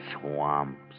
swamps